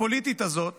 הפוליטית הזאת